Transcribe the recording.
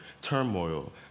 turmoil